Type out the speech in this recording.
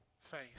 faith